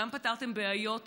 גם פתרתם בעיות רבות,